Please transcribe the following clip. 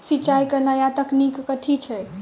सिंचाई केँ नया तकनीक कथी छै?